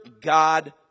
God